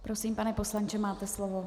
Prosím, pane poslanče, máte slovo.